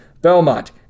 Belmont